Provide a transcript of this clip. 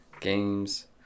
Games